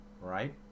right